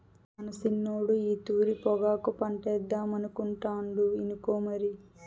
మన సిన్నోడు ఈ తూరి పొగాకు పంటేద్దామనుకుంటాండు ఇనుకో మరి